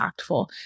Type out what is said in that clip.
impactful